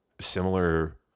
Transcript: similar